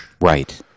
Right